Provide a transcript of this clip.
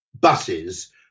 buses